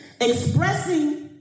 Expressing